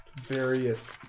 various